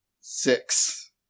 six